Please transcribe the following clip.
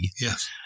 Yes